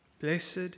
Blessed